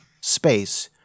space